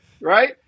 Right